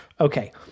Okay